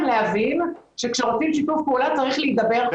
להבין שכשרוצים שיתוף פעולה צריך להידבר קודם.